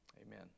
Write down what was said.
Amen